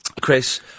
Chris